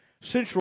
Central